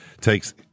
takes